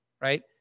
right